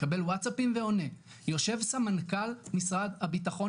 מקבל ועונה יושב סמנכ"ל משרד הביטחון